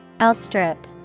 Outstrip